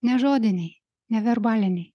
nežodiniai neverbaliniai